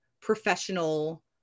professional